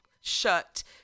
shut